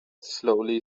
slowly